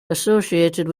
associated